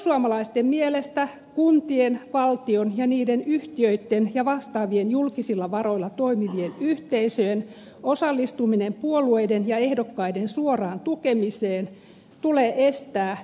perussuomalaisten mielestä kuntien valtion niiden yhtiöitten ja vastaavien julkisilla varoilla toimivien yhteisöjen osallistuminen puolueiden ja ehdokkaiden suoraan tukemiseen myös seminaarien muodossa tulee estää